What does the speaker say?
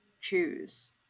choose